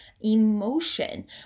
emotion